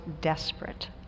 desperate